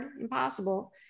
impossible